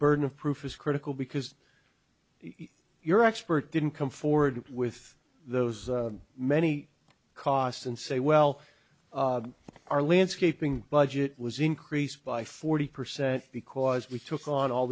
burden of proof is critical because your expert didn't come forward with those many costs and say well our landscaping budget was increased by forty percent because we took on all